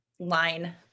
Line